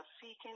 seeking